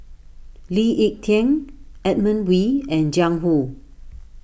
Lee Ek Tieng Edmund Wee and Jiang Hu